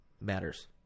Matters